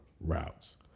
routes